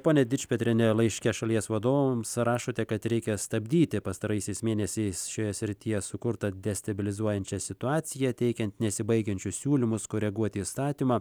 pone dičpetriene laiške šalies vadovams rašote kad reikia stabdyti pastaraisiais mėnesiais šioje srityje sukurtą destabilizuojančią situaciją teikiant nesibaigiančius siūlymus koreguoti įstatymą